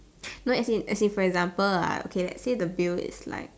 no as in as in for example ah okay let's say the bill is like